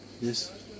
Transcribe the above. Yes